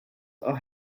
are